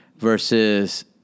Versus